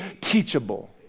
teachable